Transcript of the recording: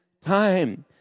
time